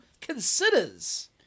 considers